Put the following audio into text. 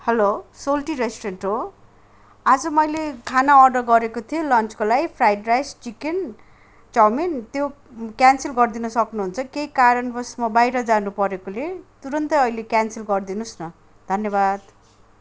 hello Soltee restaurant हो आज मैले खाना अर्डर गरेको थिएँ लन्चको लागि फ्राइड राइस चिकेन चाउमिन त्यो क्यान्सल गर्दिन सक्नुहुन्छ केही कारणवश म बाहिर जानु परेकोले तुरुन्तै अहिले क्यान्सल गरिदिनुहोस् न धन्यबाद